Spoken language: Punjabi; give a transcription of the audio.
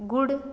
ਗੁੜ